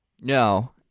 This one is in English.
No